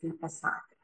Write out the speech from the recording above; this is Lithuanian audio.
kaip pasakė